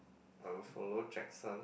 I will follow Jackson